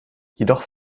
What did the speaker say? jedoch